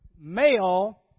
male